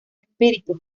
espíritus